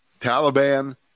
Taliban